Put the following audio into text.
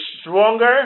stronger